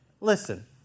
listen